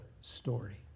story